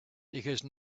because